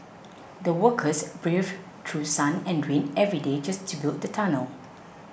the workers braved through sun and rain every day just to build the tunnel